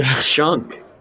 chunk